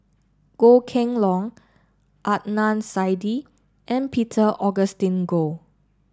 Goh Kheng Long Adnan Saidi and Peter Augustine Goh